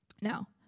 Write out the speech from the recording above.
now